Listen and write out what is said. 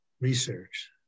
research